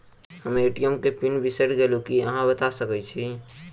हम ए.टी.एम केँ पिन बिसईर गेलू की अहाँ बता सकैत छी?